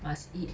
must eat